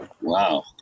wow